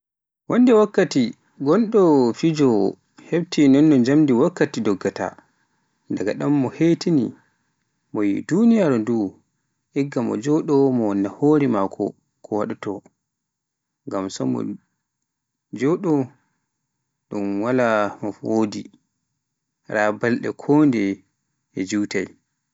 Wonde wattaki goɗɗo fijowoo hefti nonno jammdi wakkati goddaata, daga ɗon hetini mo yi duniyaaru ndu igga mo jooɗo mo wannan hore maako ko wadto, ngam so mo jooɗo non wala fo wodi, raa balɗe ko deye e jutai.